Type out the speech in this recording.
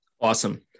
Awesome